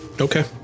Okay